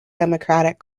democratic